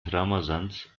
ramadans